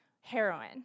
heroin